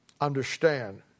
understand